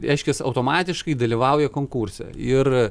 reiškias automatiškai dalyvauja konkurse ir